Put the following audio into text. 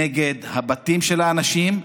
נגד הבתים של האנשים,